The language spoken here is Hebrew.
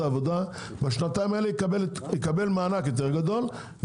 העבודה בשנתיים האלה יקבל מענק יותר גדולה,